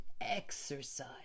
exercise